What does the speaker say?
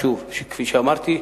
כפי שאמרתי,